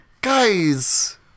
Guys